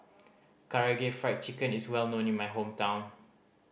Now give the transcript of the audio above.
Karaage Fried Chicken is well known in my hometown